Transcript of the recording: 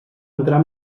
entrar